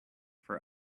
for